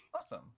Awesome